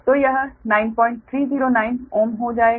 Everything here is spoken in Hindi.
तो यह 9309 Ω हो जाएगा